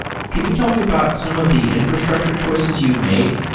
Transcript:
can you tell me about some of the infrastructure choices you've made?